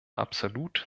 absolut